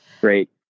Great